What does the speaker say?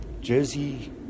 jersey